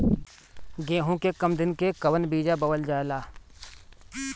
गेहूं के कम दिन के कवन बीआ बोअल जाई?